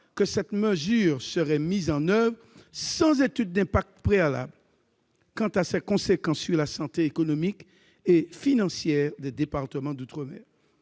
que cette mesure serait mise en oeuvre sans étude d'impact préalable quant à ses conséquences sur la santé économique et financière des départements d'outre-mer.